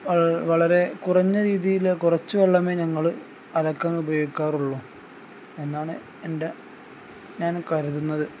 വളരെ വളരെ കുറഞ്ഞ രീതിയിൽ കുറച്ച് വെള്ളമേ ഞങ്ങൾ അലക്കാൻ ഉപയോഗിക്കാറുള്ളൂ എന്നാണ് എൻ്റെ ഞാൻ കരുതുന്നത്